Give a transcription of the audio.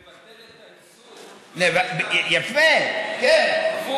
לבטל את האיסור, יפה, כן.